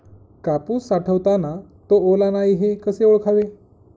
कापूस साठवताना तो ओला नाही हे कसे ओळखावे?